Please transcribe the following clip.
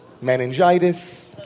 meningitis